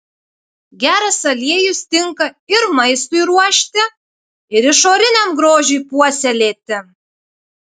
geras aliejus tinka ir maistui ruošti ir išoriniam grožiui puoselėti